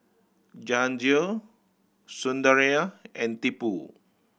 Jehangirr Sunderlal and Tipu